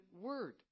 word